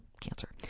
cancer